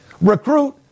recruit